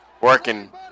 working